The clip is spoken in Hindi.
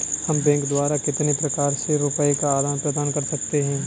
हम बैंक द्वारा कितने प्रकार से रुपये का आदान प्रदान कर सकते हैं?